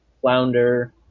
flounder